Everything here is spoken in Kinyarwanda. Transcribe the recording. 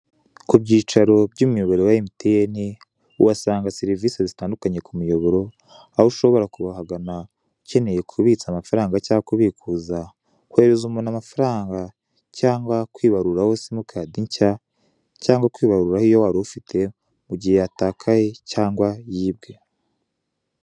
Ku byicaro by'umuyoboro wa emutiyeni, uhasanga serivise zitandukanye ku muyoboro, aho ushobora kuhagana ukeneye kubitsa amafaranga cyangwa kubikuza, kuherereza umuntu amafaranga, cyangwa kwibaruraho simu kadi nshya, cyangwa kwibaruraho iyo wari ufite mu gihe yatakaye cyangwa yibwe,